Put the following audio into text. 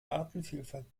artenvielfalt